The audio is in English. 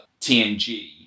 TNG